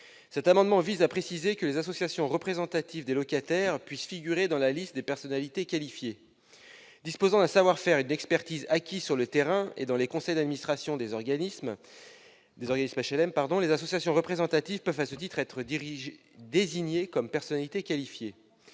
Cet amendement vise à préciser que les associations représentatives des locataires peuvent figurer dans la liste des personnalités qualifiées. Disposant d'un savoir-faire et d'une expertise acquise sur le terrain et dans les conseils d'administration des organismes d'HLM, les associations représentatives peuvent à ce titre être désignées comme personnalités qualifiées.